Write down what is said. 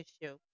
issue